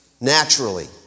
naturally